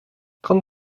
trente